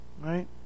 right